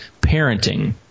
parenting